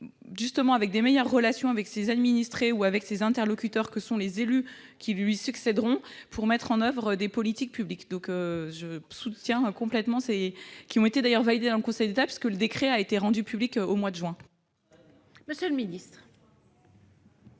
et a de meilleures relations avec ses administrés ou avec ses interlocuteurs que sont les élus qui lui succéderont pour mettre en oeuvre des politiques publiques. Je soutiens complètement cette disposition, d'ailleurs validée par le Conseil d'État, puisque le décret a été publié au mois de mars dernier.